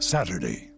Saturday